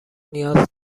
نیاز